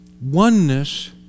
Oneness